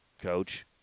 Coach